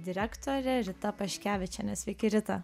direktorė rita paškevičienė sveiki rita